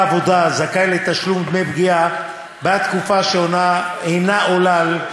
ולכן תשובה, ומייד נצביע על כל הצעה בנפרד.